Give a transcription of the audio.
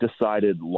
decided